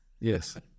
Yes